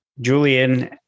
Julian